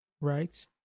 right